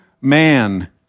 man